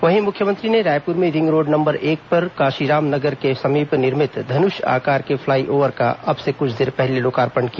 वहीं मुख्यमंत्री ने रायपुर में रिंग रोड नंबर एक पर कांशीराम नगर के समीप निर्मित धनुष आकार के फ्लाई ओव्हर का अब से कुछ देर पहले लोकार्पण किया